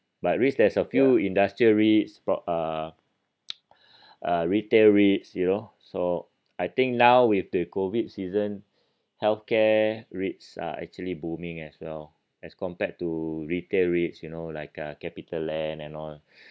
but REITs there's a few industrial REITs about~ uh uh retail REITs you know so I think now with the COVID season health care REITs are actually booming as well as compared to retail REITs you know like uh capital land and all